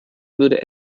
würde